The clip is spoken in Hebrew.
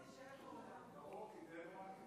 אדוני היושב-ראש,